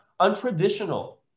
untraditional